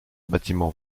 bâtiment